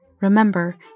Remember